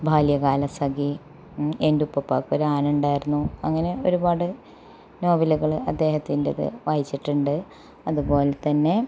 ബാല്യകാലസഖി എന്റെ ഉപ്പുപ്പാക്ക് ഒരാനയുണ്ടായിരുന്നു അങ്ങനെ ഒരുപാട് നോവലുകള് അദ്ദേഹത്തിന്റെത് വായിച്ചിട്ടുണ്ട് അതുപോൽതന്നെ